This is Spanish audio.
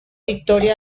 victoria